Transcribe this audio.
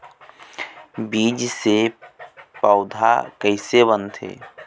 बीज से पौधा कैसे बनथे?